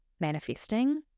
manifesting